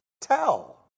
tell